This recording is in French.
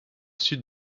sud